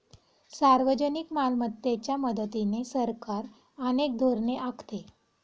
सार्वजनिक मालमत्तेच्या मदतीने सरकार अनेक धोरणे आखते